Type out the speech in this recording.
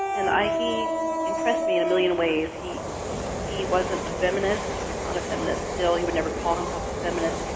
and ah he impressed me in a million ways. he he wasn't a feminist. he's not a feminist still. he would never call himself a feminist.